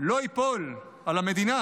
לא ייפול על המדינה,